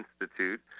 Institute